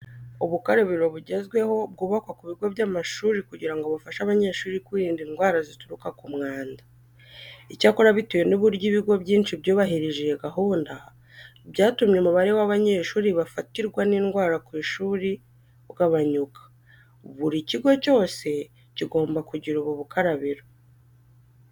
Ubukarabiro bugezweho bwubakwa ku bigo by'amashuri kugira ngo bufashe abanyeshuri kwirinda indwara zituruka ku mwanda. Icyakora bitewe n'uburyo ibigo byinshi byubahirije iyi gahunda, byatumye umubare w'abanyeshuri bafatirwa n'indwara ku ishuri ugabanyuka. Buri kigo cyose kigomba kugira ubu bukarabiro.